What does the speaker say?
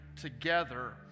together